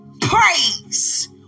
Praise